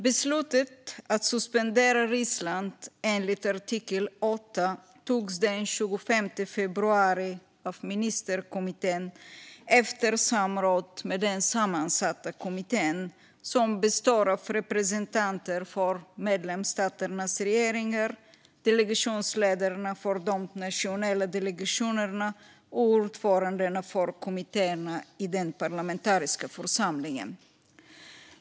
Beslutet att suspendera Ryssland enligt artikel 8 togs den 25 februari av ministerkommittén efter samråd med den sammansatta kommittén som består av representanter för medlemsstaternas regeringar, delegationsledarna för de nationella delegationerna och ordförandena för kommittéerna i den parlamentariska församlingen.